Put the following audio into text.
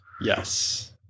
Yes